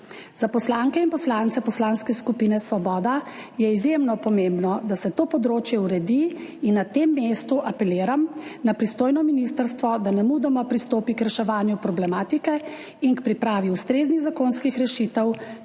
Za poslanke in poslance Poslanske skupine Svoboda je izjemno pomembno, da se to področje uredi. Na tem mestu apeliram na pristojno ministrstvo, da nemudoma pristopi k reševanju problematike in k pripravi ustreznih zakonskih rešitev,